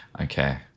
Okay